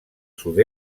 sud